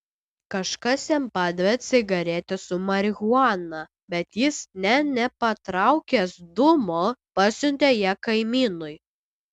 kažkas jam padavė cigaretę su marihuana bet jis nė nepatraukęs dūmo pasiuntė ją kaimynui